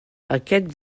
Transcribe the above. aquest